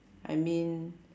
I mean